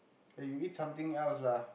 eh you eat something else lah